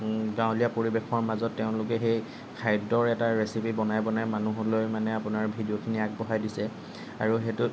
গাঁৱলীয়া পৰিৱেশৰ মাজত তেওঁলোকে সেই খাদ্যৰ এটা ৰেচিপি বনাই বনাই মানুহলৈ মানে আপোনাৰ ভিডিঅ'খিনি আগবঢ়াই দিছে আৰু সেইটোত